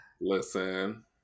Listen